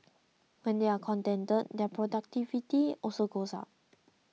when they are contented their productivity also goes up